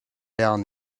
down